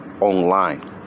online